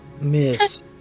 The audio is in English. Miss